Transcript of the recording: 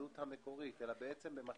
אותה חברה בעלת כוח ובעלת השפעה אומרת: אני מוכנה